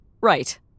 Right